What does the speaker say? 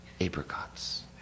apricots